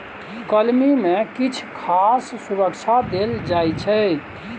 कलमी मे किछ खास सुरक्षा देल जाइ छै